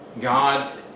God